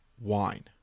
wine